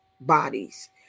bodies